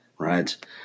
right